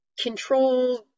control